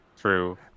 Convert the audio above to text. True